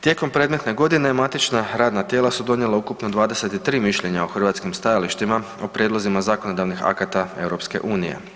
Tijekom predmetne godine matična radna tijela su donijela ukupno 23 mišljenja o hrvatskim stajalištima o prijedlozima zakonodavnih akata EU.